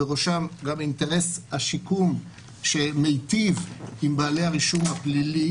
בראשן גם אינטרס השיקום שמיטיב עם בעלי הרישום הפלילי.